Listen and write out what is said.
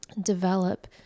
develop